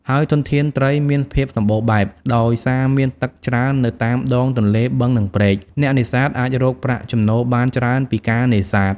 ហើយធនធានត្រីមានភាពសម្បូរបែប ដោយសារមានទឹកច្រើននៅតាមដងទន្លេ បឹង និងព្រែក អ្នកនេសាទអាចរកប្រាក់ចំណូលបានច្រើនពីការនេសាទ។